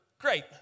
great